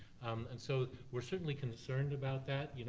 and so we're certainly concerned about that,